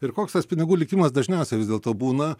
ir koks tas pinigų likimas dažniausiai vis dėlto būna